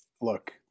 look